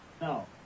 No